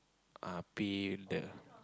ah pay the